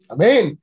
Amen